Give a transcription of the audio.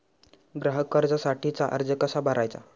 ग्राहक कर्जासाठीचा अर्ज कसा भरायचा?